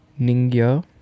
Ningyo